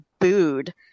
booed